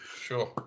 Sure